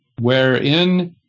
wherein